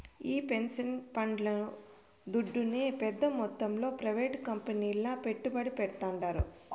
ఈ పెన్సన్ పండ్లు దుడ్డునే పెద్ద మొత్తంలో ప్రైవేట్ కంపెనీల్ల పెట్టుబడి పెడ్తాండారు